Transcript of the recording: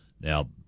Now